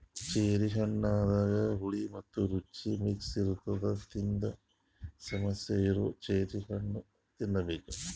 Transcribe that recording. cherry ಹಣ್ಣದಾಗ್ ಹುಳಿ ಮತ್ತ್ ರುಚಿ ಮಿಕ್ಸ್ ಇರ್ತದ್ ನಿದ್ದಿ ಸಮಸ್ಯೆ ಇರೋರ್ ಚೆರ್ರಿ ಹಣ್ಣ್ ತಿನ್ನಬೇಕ್